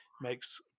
makes